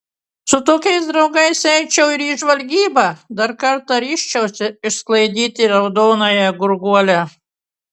su tokiais draugais eičiau ir į žvalgybą dar kartą ryžčiausi išsklaidyti raudonąją gurguolę